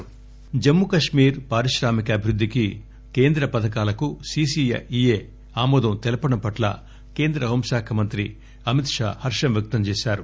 అమిత్ షా జమ్ముకాశ్మీర్ పారిశ్రామిక అభివృద్దికి కేంద్ర పథకాలకు సీసీఇఏ ఆమోదం తెలపడం పట్ల కేంద్ర హోంశాఖ మంత్రి అమిత్ షా హర్షం వ్యక్తం చేశారు